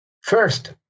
First